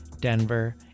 Denver